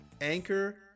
Anchor